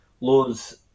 laws